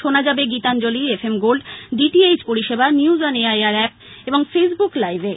শোনা যাবে Gitanjali FM gold DTH পরিষেবা নিউজ অন এআইআর আ্যপ এবং ফেসবুক লাইভে